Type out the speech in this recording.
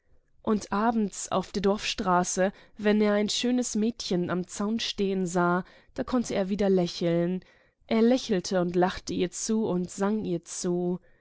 und abends auf der dorfstraße wenn er ein schönes mädchen am zaun stehen sah konnte er wieder lächeln er lächelte und lachte ihr und sang ihr zu